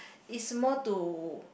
is more to